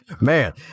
man